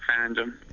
fandom